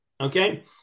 okay